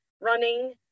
running